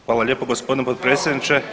Hvala lijepo gospodine potpredsjedniče.